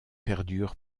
perdure